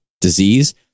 disease